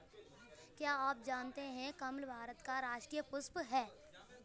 क्या आप जानते है कमल भारत का राष्ट्रीय पुष्प है?